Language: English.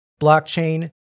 blockchain